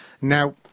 now